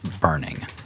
burning